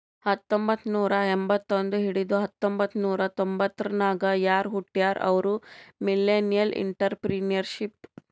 ಹತ್ತಂಬೊತ್ತ್ನೂರಾ ಎಂಬತ್ತೊಂದ್ ಹಿಡದು ಹತೊಂಬತ್ತ್ನೂರಾ ತೊಂಬತರ್ನಾಗ್ ಯಾರ್ ಹುಟ್ಯಾರ್ ಅವ್ರು ಮಿಲ್ಲೆನಿಯಲ್ಇಂಟರಪ್ರೆನರ್ಶಿಪ್